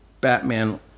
Batman